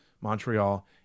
Montreal